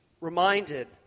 reminded